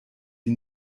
die